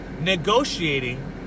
negotiating